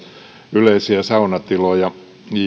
yleisiä saunatiloja